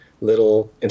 little